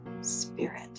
spirit